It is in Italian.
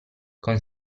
con